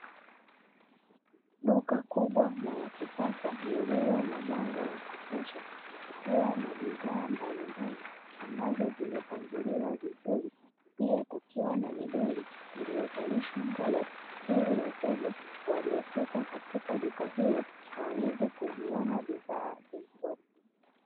Duka kubwa na la kisasa lililo na mwanga wa kutosha likiwa na bidhaa mbalimbali, ambazo zimepangiliwa vizuri. Pia kukiwepo na midoli iliyovalishwa nguo, ili wateja waliofika katika duka hilo waweze kuziona bidhaa zilizopo.